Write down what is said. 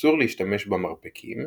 אסור להשתמש במרפקים,